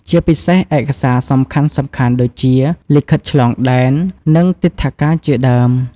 ជាពិសេសឯកសារសំខាន់ៗដូចជា លិខិតឆ្លងដែន និងទិដ្ឋាការជាដើម។